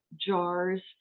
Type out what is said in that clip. jars